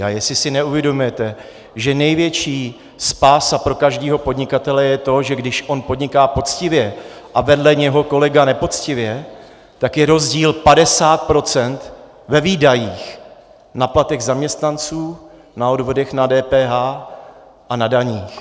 A jestli si neuvědomujete, že největší spása pro každého podnikatele je to, že když on podniká poctivě a vedle něho kolega nepoctivě, tak je rozdíl 50 % ve výdajích na platech zaměstnanců, na odvodech DPH a na daních.